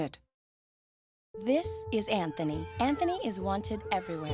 it this is anthony anthony is wanted every